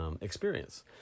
experience